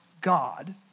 God